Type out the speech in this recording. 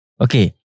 okay